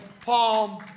Palm